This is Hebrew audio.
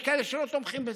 יש כאלה שלא תומכים בזה,